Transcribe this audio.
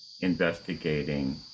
investigating